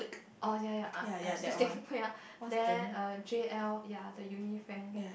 oh ya ya ah excuse me wait ah then err J_L ya the uni friend